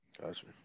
Gotcha